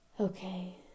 okay